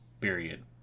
Period